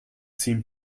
seem